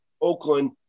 Oakland